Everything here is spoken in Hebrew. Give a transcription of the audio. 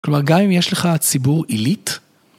כלומר, גם אם יש לך ציבור עילית...